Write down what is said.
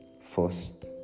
First